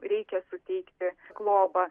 reikia suteikti globą